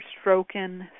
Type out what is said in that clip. stroking